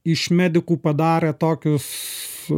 iš medikų padarė tokius